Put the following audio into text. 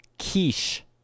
Quiche